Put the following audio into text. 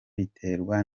biterwa